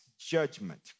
judgment